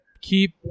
Keep